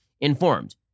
informed